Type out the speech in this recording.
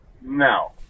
No